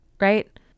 right